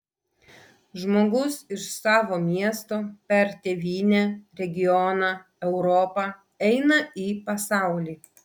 žmogus iš savo miesto per tėvynę regioną europą eina į pasaulį